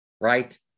right